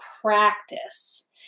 practice